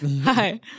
Hi